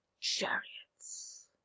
chariots